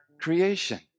creation